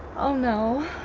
oh no.